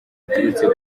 ziturutse